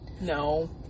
No